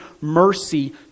mercy